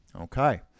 Okay